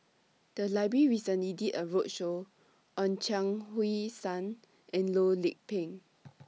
The Library recently did A roadshow on Chuang Hui Tsuan and Loh Lik Peng